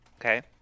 Okay